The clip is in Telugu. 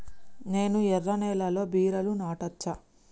నేను ఎర్ర నేలలో బీరలు నాటచ్చా?